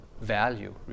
value